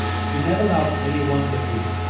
she never loved any one but you.